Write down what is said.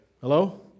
Hello